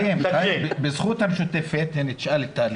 חיים, בזכות המשותפת הנה, תשאל את טלי